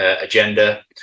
agenda